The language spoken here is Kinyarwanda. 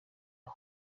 aho